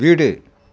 வீடு